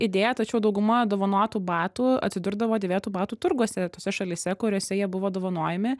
idėja tačiau dauguma dovanotų batų atsidurdavo dėvėtų batų turguose tose šalyse kuriose jie buvo dovanojami